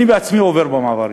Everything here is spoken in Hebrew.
אני עצמי עובר במעברים,